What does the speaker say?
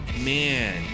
Man